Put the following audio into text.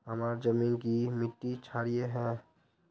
हमार जमीन की मिट्टी क्षारीय है?